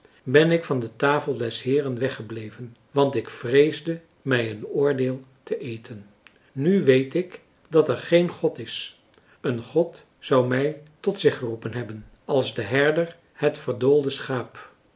ben ik van de tafel des heeren weggebleven want ik vreesde mij een oordeel te eten nu weet ik dat er geen god is een god zou mij tot zich geroepen hebben als de herder het verdoolde schaap